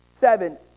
Seven